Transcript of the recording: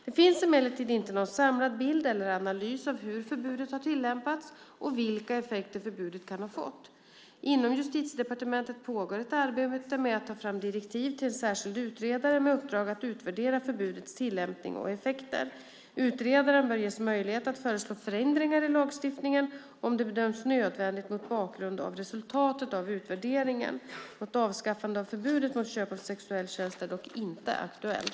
Det finns emellertid inte någon samlad bild eller analys av hur förbudet har tillämpats och vilka effekter förbudet kan ha fått. Inom Justitiedepartementet pågår ett arbete med att ta fram direktiv till en särskild utredare med uppdrag att utvärdera förbudets tillämpning och effekter. Utredaren bör ges möjlighet att föreslå förändringar i lagstiftningen om det bedöms nödvändigt mot bakgrund av resultatet av utvärderingen. Något avskaffande av förbudet mot köp av sexuell tjänst är dock inte aktuellt.